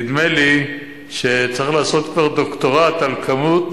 נדמה לי שצריך לעשות כבר דוקטורט על כמות